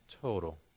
total